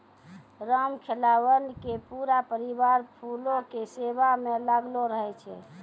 रामखेलावन के पूरा परिवार फूलो के सेवा म लागलो रहै छै